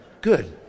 good